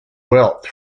wealth